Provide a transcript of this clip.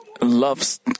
loves